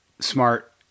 smart